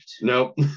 Nope